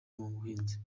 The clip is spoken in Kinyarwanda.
buhinzi